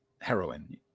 heroin